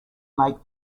make